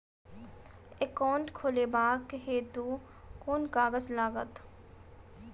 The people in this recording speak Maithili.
एकाउन्ट खोलाबक हेतु केँ कागज लागत?